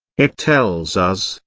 it tells us,